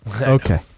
Okay